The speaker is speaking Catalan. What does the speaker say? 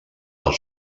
del